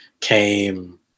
came